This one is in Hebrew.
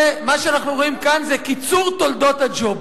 מה שאנחנו רואים כאן זה קיצור תולדות הג'וב.